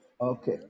Okay